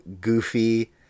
goofy